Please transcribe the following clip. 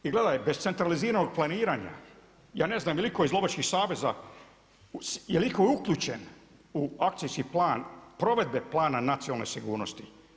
I gledaj bez centraliziranog planiranja ja ne znam je li itko iz lovačkih saziva, je li itko uključen u akcijski plan provedbe Plana nacionalne sigurnosti.